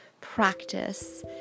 practice